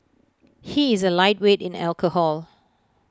he is A lightweight in alcohol